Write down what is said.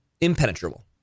impenetrable